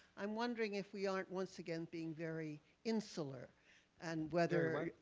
i'm wondering if we aren't once again being very insular and whether